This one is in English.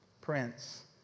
Prince